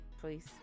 please